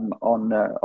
on